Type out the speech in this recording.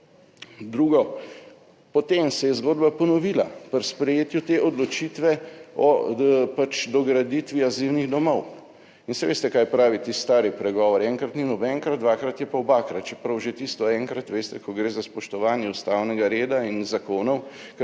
Drugo, potem se je zgodba ponovila pri sprejetju te odločitve o pač dograditvi azilnih domov. In saj veste kaj pravi tisti stari pregovor, enkrat ni nobenkrat, dvakrat je pa obakrat, čeprav že tisto enkrat veste, ko gre za spoštovanje ustavnega reda in zakonov,